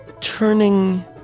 turning